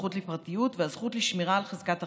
הזכות לפרטיות והזכות לשמירה על חזקת החפות,